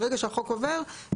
ברגע שהחוק עובר,